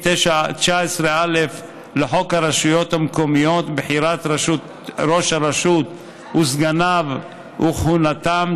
19א לחוק הרשויות המקומיות (בחירת ראש הרשות וסגניו וכהונתם),